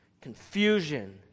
confusion